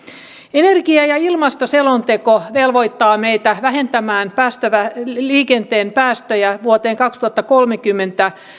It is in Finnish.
energia ja ilmastoselonteko velvoittaa meitä vähentämään liikenteen päästöjä vuoteen kaksituhattakolmekymmentä